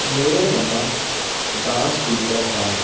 ਮੇਰੇ mumma dance teacher ਸਨ